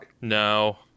No